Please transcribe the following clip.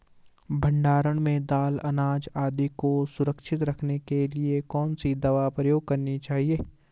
भण्डारण में दाल अनाज आदि को सुरक्षित रखने के लिए कौन सी दवा प्रयोग करनी चाहिए?